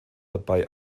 dabei